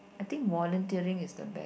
I think volunteering is the best